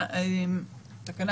תקנה